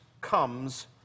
comes